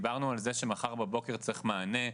דיברנו על זה שמחר בבוקר צריך מענה.